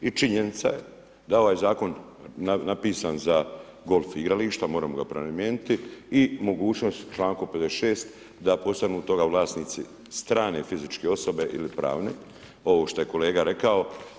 I činjenica je da ovaj zakon napisan za golf igrališta, moramo ga prenamijeniti i mogućnost člankom 56. da postanu toga vlasnici strane fizičke osobe ili pravne, ovo što je kolega rekao.